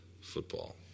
football